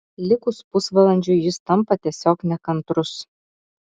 likus pusvalandžiui jis tampa tiesiog nekantrus